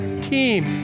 team